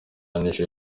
nigeria